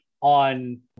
on